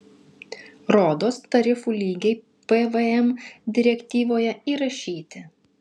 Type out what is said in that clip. rodos tarifų lygiai pvm direktyvoje įrašyti